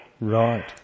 Right